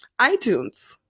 iTunes